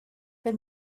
but